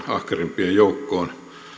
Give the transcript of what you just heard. ahkerimpien joukkoon